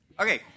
Okay